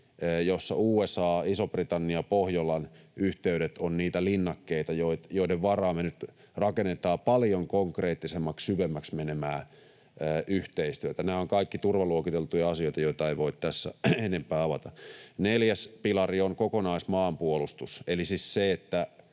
jossa USA, Iso-Britannia ja Pohjolan yhteydet ovat niitä linnakkeita, joiden varaan me nyt rakennetaan paljon konkreettisemmaksi ja syvemmäksi menevää yhteistyötä. Nämä ovat kaikki turvaluokiteltuja asioita, joita ei voi tässä enempää avata. Neljäs pilari on kokonaismaanpuolustus